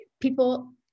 people